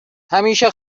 همیشه